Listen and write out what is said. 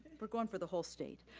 we're going for the whole state.